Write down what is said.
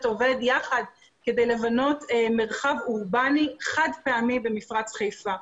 עובד יחד לבנות מרחב אורבני חד פעמי במפרץ חיפה.